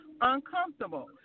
uncomfortable